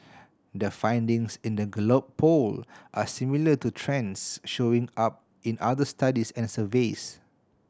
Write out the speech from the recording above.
the findings in the Gallup Poll are similar to trends showing up in other studies and surveys